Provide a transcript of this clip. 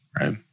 right